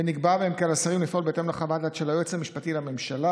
ונקבע בהם כי על השרים לפעול בהתאם לחוות הדעת של היועץ המשפטי לממשלה.